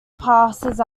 passes